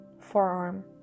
forearm